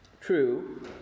True